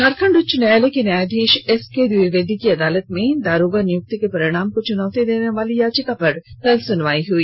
झारखंड उच्च न्यायालय के न्यायाधीश एसके द्विवेदी की अदालत में दारोगा नियुक्ति के परिणाम को चुनौती देने वाली याचिका पर कल सुनवाई हुई